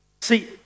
See